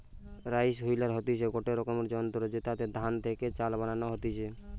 rice huller হতিছে গটে রকমের যন্ত্র জেতাতে ধান থেকে চাল বানানো হতিছে